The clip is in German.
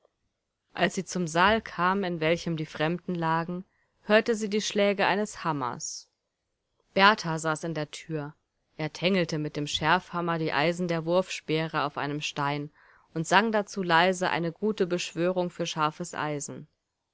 als sie zum saal kam in welchem die fremden lagen hörte sie die schläge eines hammers berthar saß in der tür er tengelte mit dem schärfhammer die eisen der wurfspeere auf einem stein und sang dazu leise eine gute beschwörung für scharfes eisen